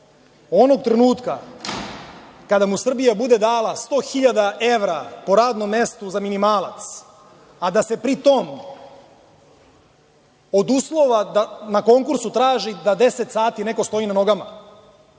trenutka kada mu Srbija bude dala 100.000 evra po radnom mestu za minimalac, a da se pritom od uslova na konkursu traži da deset sati neko stoji na nogama,